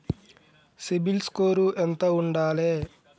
CIBIL score ఎంత ఉండాలే?